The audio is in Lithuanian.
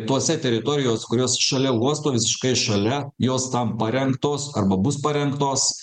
tose teritorijos kurios šalia uosto visiškai šalia jos tam parengtos arba bus parengtos